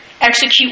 execute